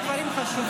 יש דברים חשובים,